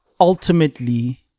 ultimately